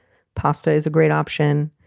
pasta is a great option.